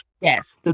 yes